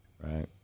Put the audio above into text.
Right